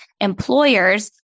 employers